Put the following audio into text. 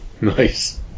Nice